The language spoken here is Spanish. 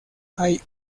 hay